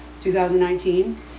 2019